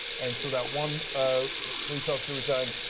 and so that one ah police officer resigned.